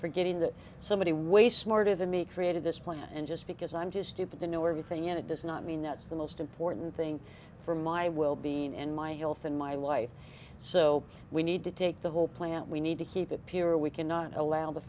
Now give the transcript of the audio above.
for getting that somebody way smarter than me created this plan and just because i'm to stupid to know everything and it does not mean that's the most important thing for my will be in my health in my life so we need to take the whole plant we need to keep it pure we cannot allow the